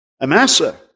Amasa